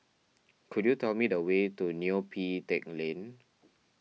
could you tell me the way to Neo Pee Teck Lane